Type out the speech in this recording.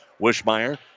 Wishmeyer